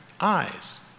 eyes